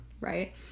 right